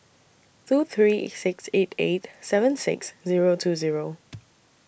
two three six eight eight seven six Zero two Zero